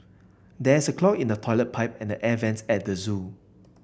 there is a clog in the toilet pipe and the air vents at the zoo